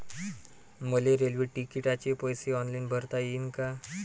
मले रेल्वे तिकिटाचे पैसे ऑनलाईन भरता येईन का?